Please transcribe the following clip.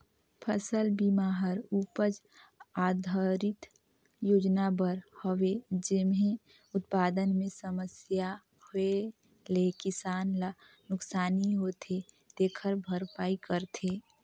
फसल बिमा हर उपज आधरित योजना बर हवे जेम्हे उत्पादन मे समस्या होए ले किसान ल नुकसानी होथे तेखर भरपाई करथे